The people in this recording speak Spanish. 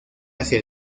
hacia